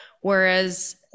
whereas